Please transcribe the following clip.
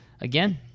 again